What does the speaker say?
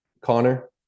Connor